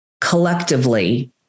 collectively